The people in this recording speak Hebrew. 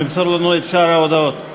למסור לנו את שאר ההודעות.